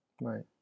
Right